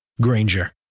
Granger